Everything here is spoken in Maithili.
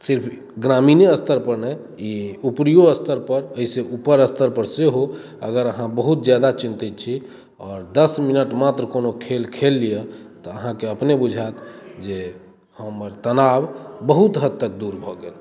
सिर्फ ग्रामीणे स्तरपर नहि ई ऊपरिओ स्तरपर एहिसँ ऊपर स्तरपर सेहो अगर अहाँ बहुत ज्यादा चिन्तित छी आओर दस मिनट मात्र कोनो खेल खेल लिअ तऽ अहाँकेँ अपने बुझाएत जे हमर तनाव बहुत हदतक दूर भऽ गेल